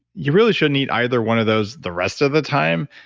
you really shouldn't eat either one of those the rest of the time,